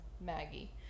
Maggie